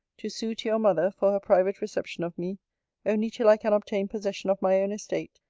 to sue to your mother, for her private reception of me only till i can obtain possession of my own estate,